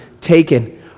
taken